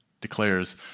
declares